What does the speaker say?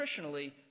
nutritionally